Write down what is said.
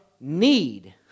need